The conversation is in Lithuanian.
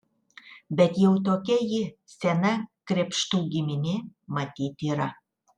bet jau tokia ji sena krėpštų giminė matyt yra